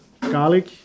garlic